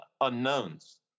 unknowns